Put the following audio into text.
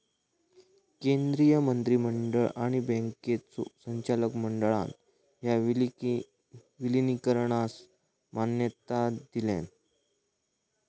केंद्रीय मंत्रिमंडळ आणि बँकांच्यो संचालक मंडळान ह्या विलीनीकरणास मान्यता दिलान